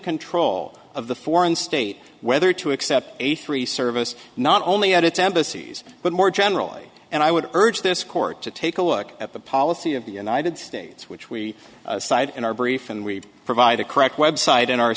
control of the foreign state whether to accept a three service not only at its embassies but more generally and i would urge this court to take a look at the policy of the united states which we cited in our brief and we've provided correct website in our